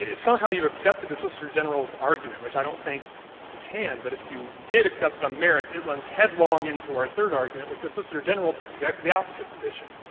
somehow, you've accepted the solicitor general's argument, which i don't think you can, but if you did accept it on merits, it runs headlong into our third argument, which the solicitor general takes exactly the opposite position,